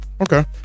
Okay